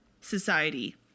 society